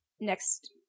next